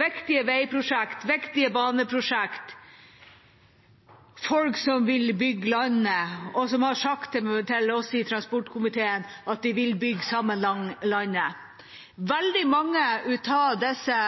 viktige veiprosjekter, viktige baneprosjekter, folk som vil bygge landet, og som har sagt til oss i transportkomiteen at de vil bygge sammen landet. Veldig mange av disse